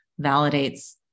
validates